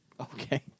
Okay